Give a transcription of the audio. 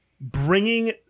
bringing